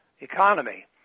economy